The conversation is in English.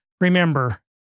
remember